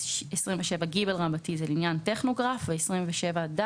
סעיף 27ג רבתי הוא לעניין טכנוגרף; 27ד